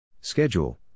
Schedule